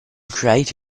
create